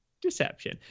deception